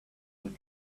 were